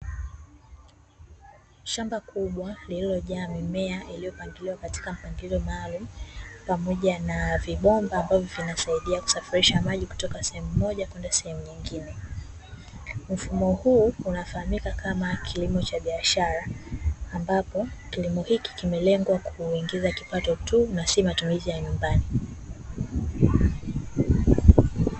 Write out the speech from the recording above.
Shamba kubwa lililojaa mimea iliyopangiliwa katika mpangilio maalum, pamoja na vibomba vinasaidia kusafirisha maji kutoka sehemu moja kwenda sehemu nyingine. Mfumo huu unafahamika kama kilimo cha biashara, ambapo kilimo hiki kimelengwa kuongeza kipato tu na si matumizi ya nyumbani.